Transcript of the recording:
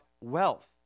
wealth